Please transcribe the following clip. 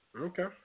okay